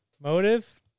Motive